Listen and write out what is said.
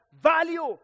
value